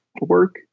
work